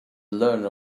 learner